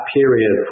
period